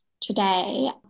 today